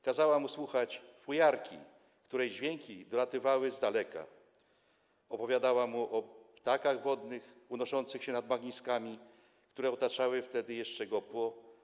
Kazała mu słuchać dźwięków fujarki, które dolatywały z daleka, opowiadała mu o ptakach wodnych unoszących się nad bagniskami, które otaczały wtedy jeszcze Gopło.